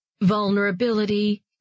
Vulnerability